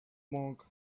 monk